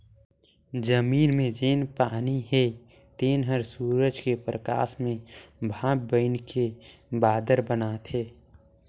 जमीन मे जेन पानी हे तेन हर सुरूज के परकास मे भांप बइनके बादर बनाथे